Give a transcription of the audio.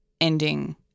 ending